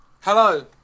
hello